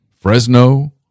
Fresno